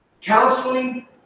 Counseling